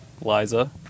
Liza